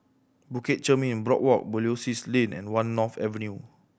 Bukit Chermin Boardwalk Belilios Lane and One North Avenue